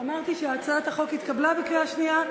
אמרתי שהצעת החוק התקבלה בקריאה שנייה.